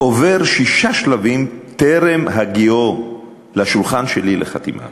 עובר שישה שלבים טרם הגיעו לשולחן שלי לחתימה,